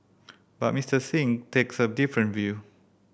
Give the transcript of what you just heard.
but Mister Singh takes a different view